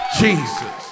jesus